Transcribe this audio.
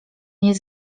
nie